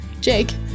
Jake